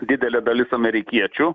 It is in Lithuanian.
didelė dalis amerikiečių